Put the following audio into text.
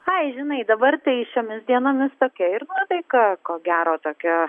ai žinai dabar tai šiomis dienomis tokia ir taika ko gero tokia